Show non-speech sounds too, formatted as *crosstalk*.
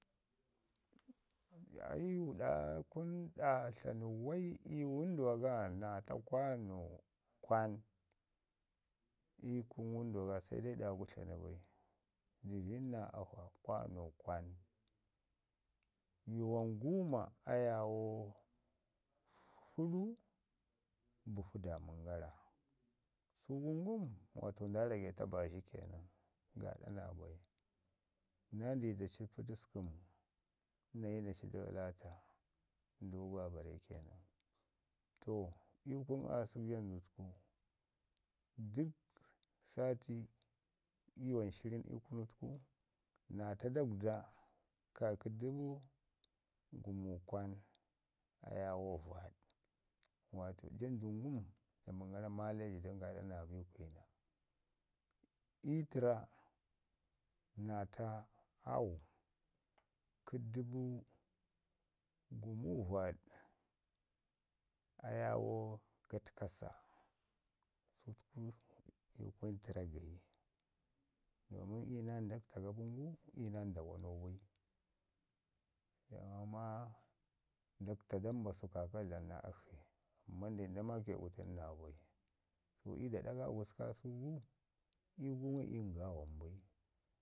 *unintelligible* ɗa tlanu wai ii wənduwa na ta kwano kwan ii kunu wənduwa ga sedai ɗa gu tlanu bai dəviɗ naa afa kwaano kwan. Yuwan guuma ayawo fuɗu bufu dammən gara su gu ngum gaaɗ nda rage ta baazhi kenan gaaɗa naa bai *unintelligible* na ci Patiskəm nayi na ci talata Dogo Abare kenan. To ii kunu aasək janduk təku dək saati ii yuwan shirin təku naa ta dagwda kaakə dubu gumu kwan ayawo vaɗ waato jandum ngum dlamən gara male ji dəngaaɗa nab naa baikwina. Tərra na ta au kə dubu gumu vaɗ ayamo gatkasa, sutku i kunu tərra gayi dəmin inyu naa ndak to abən gu, iyu naa nda wanu bai *unintelligible* ndak ta dambasu kaakasku dlamu naa akshi amman nda yi nda maake gu tən naabai. So iyu da ɗaga gusku kaasun ngum iyu gu ngum iyu nga wambai.